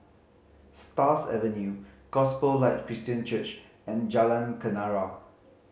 Stars Avenue Gospel Light Christian Church and Jalan Kenarah